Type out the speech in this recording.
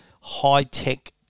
high-tech